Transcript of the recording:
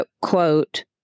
quote